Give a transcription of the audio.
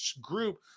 group